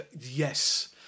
Yes